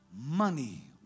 Money